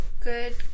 Good